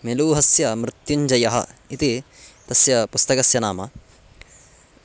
मेलूहस्य मृत्युञ्जयः इति तस्य पुस्तकस्य नाम